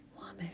woman